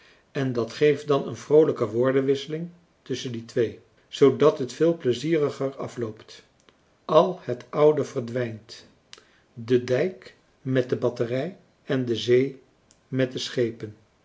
en dat geeft dan een vroolijke woordenwisseling tusschen die twee zoodat het veel pleizieriger afloopt al het oude verdwijnt de dijk met de batterij en de zee met de schepen